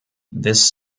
this